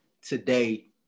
today